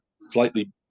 slightly